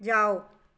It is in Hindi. जाओ